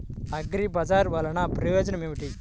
అగ్రిబజార్ వల్లన ప్రయోజనం ఏమిటీ?